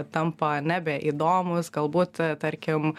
tampa nebeįdomūs galbūt tarkim